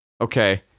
okay